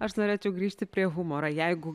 aš norėčiau grįžti prie humorą jeigu